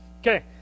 Okay